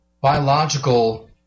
biological